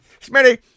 Smitty